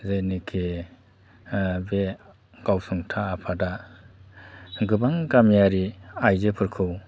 जेनिखि बे गावसुंथा आफादा गोबां गामियारि आइजोफोरखौ